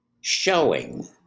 showing